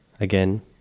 again